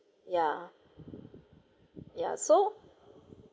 ya ya so